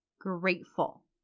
grateful